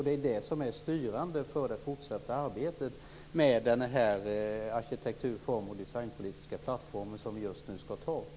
Det är det som är styrande för det fortsatta arbetet med den arkitektur-, form och designpolitiska plattformen vi just nu skall anta.